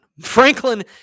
Franklin